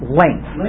length